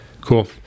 Cool